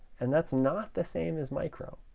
and that's not the same as micro.